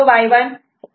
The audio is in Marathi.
DATA'